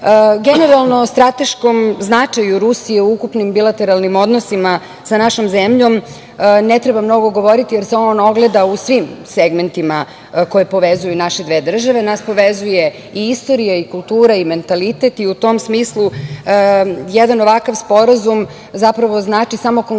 godine. Generalno, strateškom značaju Rusije u ukupnim bilateralnim odnosima, sa našom zemljom ne treba mnogo govoriti jer se on ogleda u svim segmentima koje povezuju naše dve države, a nas povezuje i istorija i kultura i mentalitet i u tom smislu jedan ovakav sporazum, zapravo znači samo konkretizaciju